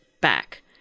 back